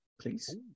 please